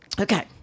okay